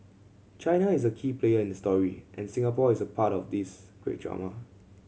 China is a key player in the story and Singapore is a part of this great drama